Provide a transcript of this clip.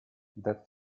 that